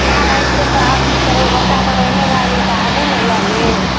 नहि छै तऽ आब की करबै बच्चा सब एहने भए गेलै तऽ आबू ने लै लेब